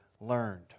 learned